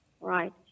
right